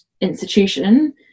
institution